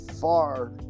far